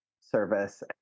service